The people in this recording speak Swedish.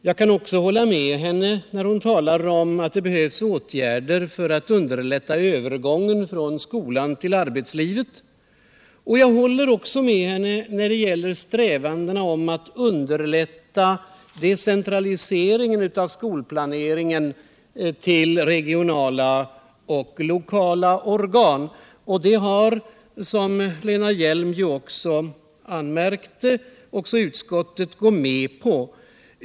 Jag håller med henne när hon säger att det behövs åtgärder för att underlätta övergången från skolan till arbetslivet, och jag håller med henne även när det gäller strävandena att underlätta decentraliseringen av skolplaneringen till regionala och lokala organ. Den decentraliseringen har, som Lena Hjelm-Wallén ju också anmärkte, också utskottet gått med på.